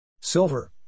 Silver